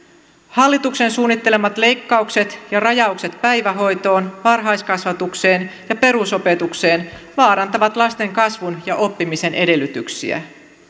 hallituksen suunnittelemat leikkaukset ja rajaukset päivähoitoon varhaiskasvatukseen ja perusopetukseen vaarantavat lasten kasvun ja oppimisen edellytyksiä